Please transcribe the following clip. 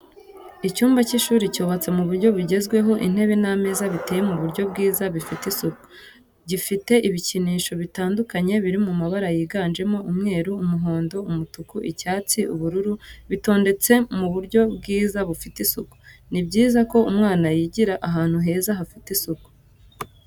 Icyumba cy'ishuri cyubatse mu buryo bugezweho intebe n'ameza biteye mu buryo bwiza bifite isuku, gifite ibikinisho bitandukanye biri mabara yiganjemo umweru, umuhondo, umutuku. Icyatsi ubururu bitondetse mu buryo bwiza bufite isuku. ni byiza ko umwana yigira ahantu heza hafite isuku.